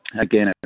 again